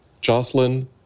Jocelyn